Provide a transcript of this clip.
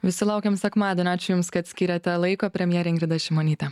visi laukiam sekmadienio ačiū jums kad skirėte laiko premjerė ingrida šimonytė